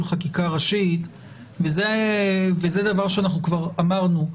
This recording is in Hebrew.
חקיקה ראשית וזה דבר שאנחנו כבר אמרנו,